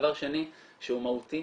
דבר שני שהוא מהותי,